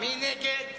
מי נגד?